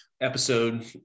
episode